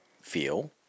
feel